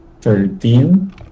Thirteen